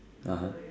(uh huh)